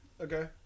Okay